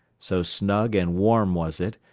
so snug and warm was it,